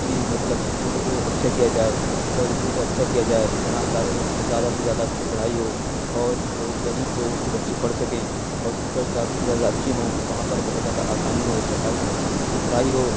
کہ مطلب اسکولوں کو اچھا كیا جائے كالجوں كو اچّھا كیا جائے یہاں زیادہ سے زیادہ اچّھی پڑھائی ہو اور لوگ غریب لوگوں کے بچے پڑھ سكیں ہاسپٹل زیادہ سے زیادہ اچّھے ہوں وہاں پر بہت زیادہ آسانی ہو صفائی ستھرائی ہو